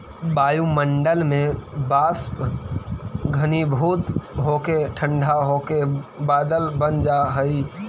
वायुमण्डल में वाष्प घनीभूत होके ठण्ढा होके बादल बनऽ हई